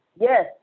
Yes